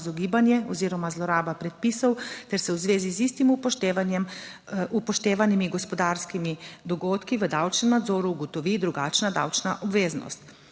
izogibanje oziroma zloraba predpisov ter se v zvezi z istim upoštevanjem, upoštevanimi gospodarskimi dogodki v davčnem nadzoru ugotovi drugačna davčna obveznost.